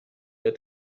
der